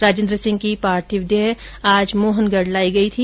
राजेन्द्र सिंह की पार्थिव देह आज मोहनगढ लाई गई थी